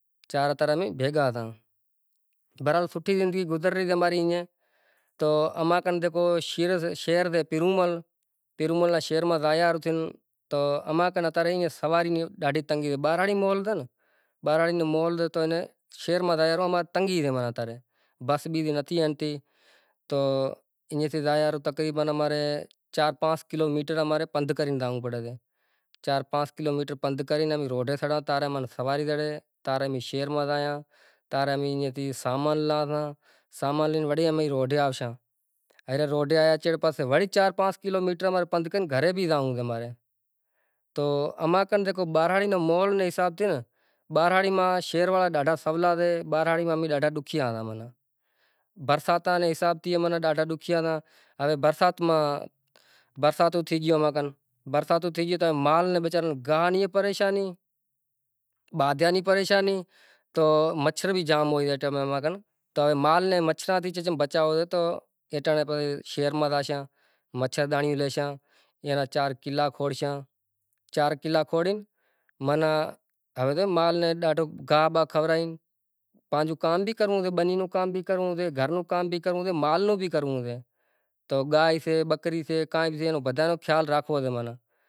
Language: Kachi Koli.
پسے ماتھے سیں اتریو مطلب جوگی رو ویس کریو پسے بیزو کو مطلب رام ان لکشمن جکو ہتا ہرنڑی ونڑی گئی سیتا ماتا نیں، سیتا ماتا مطلب ہروبھرو میں کہے مطلب لائے ہالو، لکشمن مطلب ایئں راونڑ کہے لکشمنڑ کہے ایئا انسان بھی ناں مٹی شگشے، مطلب پسے راونڑ جوگی رو ویش کریو، روٹ وغیرا دو بکھشا دو مطلب راونڑ کہے باہرے آوے خبر ہتی لکیر اپڑے آوے رراونڑ مطلب کہے ماں رو مطلب اپمان کھائے رو،